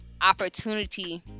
opportunity